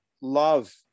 love